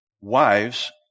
wives